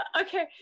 Okay